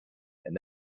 and